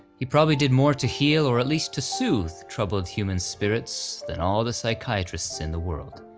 he probably did more to heal, or at least to soothe troubled human spirits, than all the psychiatrists in the world.